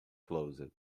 closed